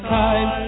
time